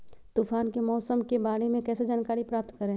तूफान के मौसम के बारे में कैसे जानकारी प्राप्त करें?